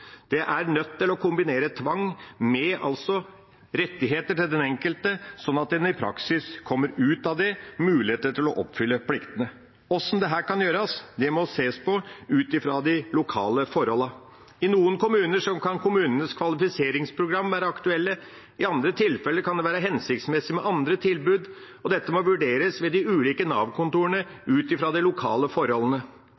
er nødt til å kombinere tvang med rettigheter til den enkelte, slik at en i praksis kommer ut av det og får mulighet til å oppfylle pliktene. Hvordan dette kan gjøres, må ses på ut fra de lokale forholdene. I noen kommuner kan kommunenes kvalifiseringsprogram være aktuelt, i andre tilfeller kan det være hensiktsmessig med andre tilbud. Dette må vurderes ved de ulike